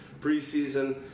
preseason